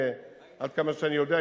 עד כמה שאני יודע,